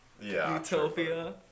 utopia